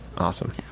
awesome